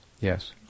Yes